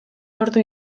ordu